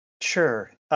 Sure